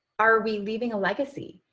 are we leaving a legacy?